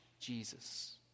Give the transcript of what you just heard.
Jesus